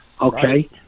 Okay